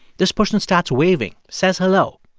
this person starts waving, says hello.